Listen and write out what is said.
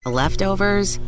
leftovers